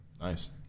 Nice